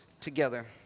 together